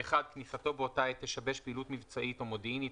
כניסתו באותה העת תשבש פעילות מבצעית או מודיעינית,